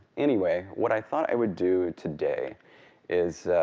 anyway, what i thought i would do today is